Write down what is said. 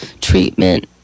treatment